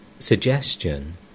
Suggestion